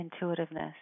intuitiveness